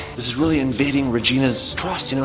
is really invading regina's trust, you know